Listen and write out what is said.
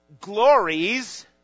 glories